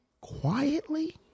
quietly